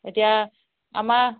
এতিয়া আমাৰ